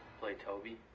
play toby.